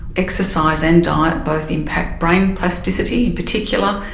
exercise and diet both impact brain plasticity in particular,